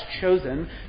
chosen